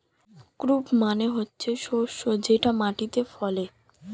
crop মানে হচ্ছে শস্য যেটা মাটিতে ফলে